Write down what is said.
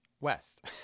west